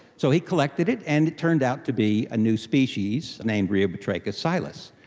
so he collected it and it turned out to be a new species named rheobatrachus silus,